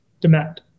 demand